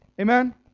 Amen